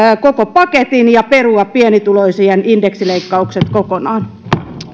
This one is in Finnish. koko paketin ja perua pienituloisien indeksileikkaukset kokonaan